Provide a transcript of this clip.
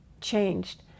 changed